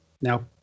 Now